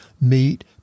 meet